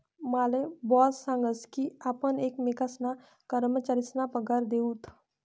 माले बॉस सांगस की आपण एकमेकेसना कर्मचारीसना पगार दिऊत